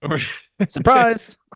Surprise